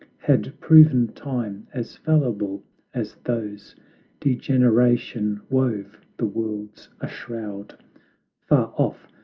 had proven time as fallible as those degeneration wove the worlds a shroud far off,